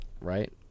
right